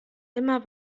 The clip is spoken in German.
immer